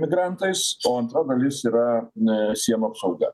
migrantais o antra dalis yra a sienų apsauga